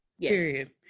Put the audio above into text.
Period